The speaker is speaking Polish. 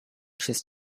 przez